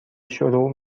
شروع